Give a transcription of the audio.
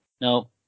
No